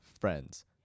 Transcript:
friends